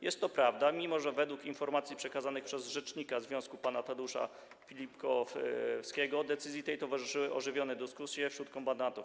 Jest to prawda, mimo że według informacji przekazanych przez rzecznika związku pana Tadeusza Filipkowskiego decyzji tej towarzyszyły ożywione dyskusje wśród kombatantów.